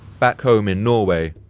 back home in norway,